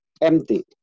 empty